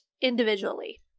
individually